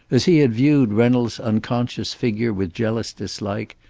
as he had viewed reynolds' unconscious figure with jealous dislike,